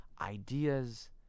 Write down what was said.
ideas